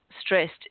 stressed